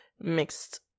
mixed